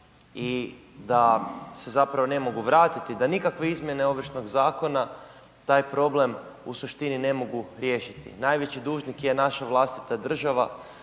i da se zapravo ne mogu vratiti, da nikakve izmjene Ovršnog zakona taj problem u suštini ne mogu riješiti. Najveći dužnik je naša vlastita država